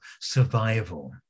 survival